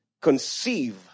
conceive